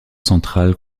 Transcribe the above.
central